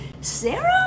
Sarah